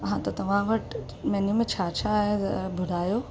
हा त तव्हां वटि मैन्यू में छा छा आहे ॿुधायो